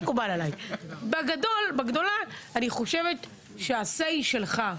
בגדול, אני חושבת שה-say שלך,